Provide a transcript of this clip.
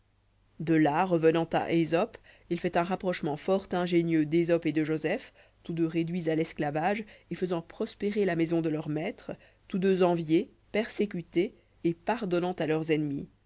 de là revenant à esope il fait un rapprochement fort ingénieux d'esope et de joseph tous deux réduits à l'esclavage et faisant prospérer la maison de leur maître tous deux enviés persécutés et pardonnant à leurs ennemis